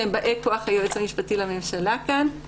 שהם באי כוח היועץ המשפטי לממשלה כאן.